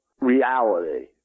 reality